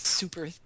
Super